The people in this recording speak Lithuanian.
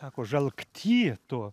sako žalkty tu